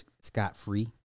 scot-free